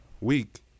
week